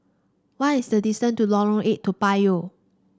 what is the distance to Lorong Eight Toa Payoh